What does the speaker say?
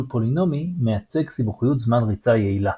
פולינומי מייצג סיבוכיות זמן ריצה יעילה.